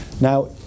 Now